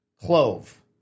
clove